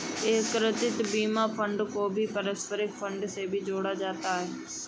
एकीकृत बीमा फंड को भी पारस्परिक फंड से ही जोड़ा जाता रहा है